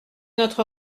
notre